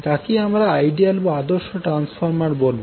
তাকেই আমরা আইডিয়াল বা আদর্শ ট্রান্সফর্মার বলবো